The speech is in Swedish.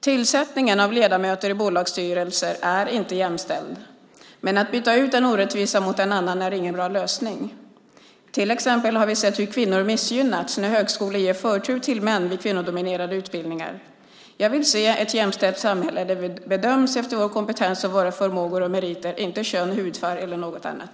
Tillsättningen av ledamöter i bolagsstyrelser är inte jämställd. Men att byta ut en orättvisa mot en annan är ingen bra lösning. Till exempel har vi sett hur kvinnor missgynnats när högskolor ger förtur till män vid kvinnodominerade utbildningar. Jag vill se ett jämställt samhälle där vi bedöms efter vår kompetens och våra förmågor och meriter, inte kön, hudfärg eller något annat.